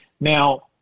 now